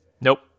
Nope